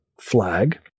FLAG